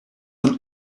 een